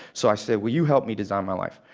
so i said, will you help me design my life?